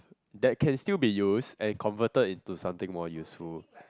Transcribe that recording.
that can still be used and converted into something more useful